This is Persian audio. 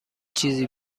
چیزی